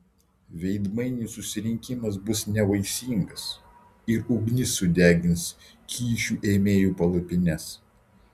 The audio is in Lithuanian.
veidmainių susirinkimas bus nevaisingas ir ugnis sudegins kyšių ėmėjų palapines